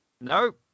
Nope